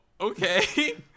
okay